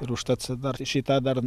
ir užtat dar šį tą dar